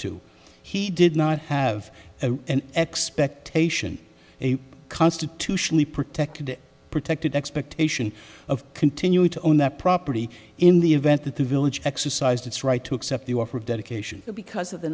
to he did not have an expectation a constitutionally protected protected expectation of continuing to own that property in the event that the village exercised its right to accept the offer of dedication because of the